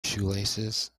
shoelaces